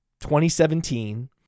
2017